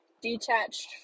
detached